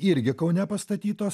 irgi kaune pastatytos